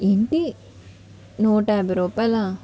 ఏంటి నూట యాభై రూపాయల